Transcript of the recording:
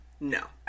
No